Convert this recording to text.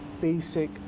basic